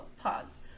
Pause